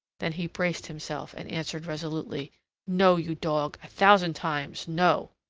then he braced himself and answered resolutely no, you dog! a thousand times, no!